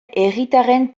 herritarren